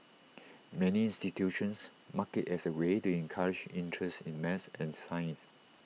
many institutions mark IT as A way to encourage interest in maths and science